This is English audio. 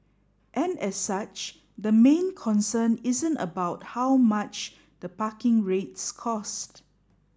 and as such the main concern isn't about how much the parking rates cost